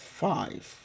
five